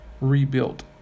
rebuilt